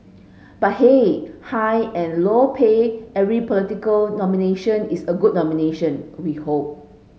but hey high and low pay every political nomination is a good nomination we hope